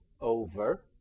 over